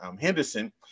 Henderson